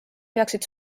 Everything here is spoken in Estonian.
peaksid